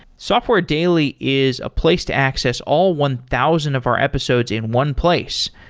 software daily is a place to access all one thousand of our episodes in one place.